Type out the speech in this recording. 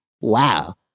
wow